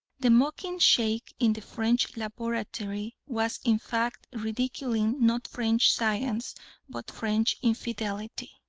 the mocking sheikh in the french laboratory was in fact ridiculing not french science but french infidelity.